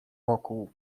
wokół